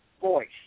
voice